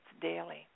daily